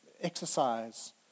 exercise